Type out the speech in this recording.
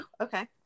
Okay